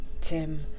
Tim